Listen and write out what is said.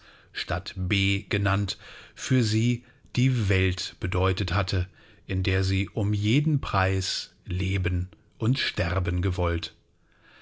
stadt b genannt für sie die welt bedeutet hatte in der sie um jeden preis leben und sterben gewollt